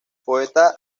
poeta